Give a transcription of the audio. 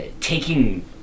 taking